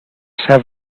have